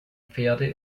pferde